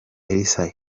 elsa